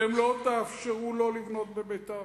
אתם לא תאפשרו לא לבנות בביתר.